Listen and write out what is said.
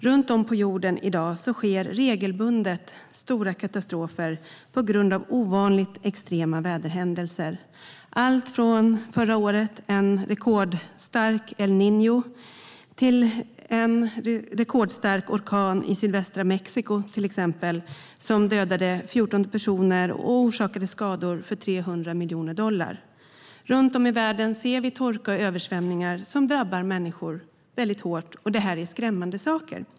Runt om på jorden sker i dag regelbundet stora katastrofer på grund av extrema väderhändelser. Det handlar om alltifrån en rekordstark El Niño förra året till exempelvis en rekordstark orkan i sydvästra Mexiko. Den dödade 14 personer och orsakade skador för 300 miljoner dollar. Runt om i världen kan vi se att torka och översvämningar drabbar människor hårt. Det är skrämmande saker.